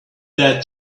that